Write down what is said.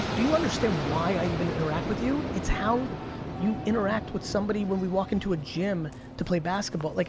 do you understand why i even interact with you? it's how you interact with somebody when we walk into a gym to play basketball. like